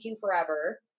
forever